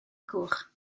cwch